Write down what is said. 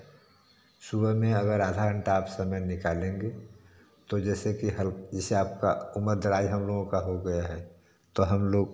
सुबह में अगर आधा घंटा आप समय निकालेंगे तो जैसे कि हेल्प जैसे आपका उमरदारज हम लोगों का हो गए हैं तो हम लोग